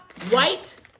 White